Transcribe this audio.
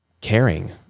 caring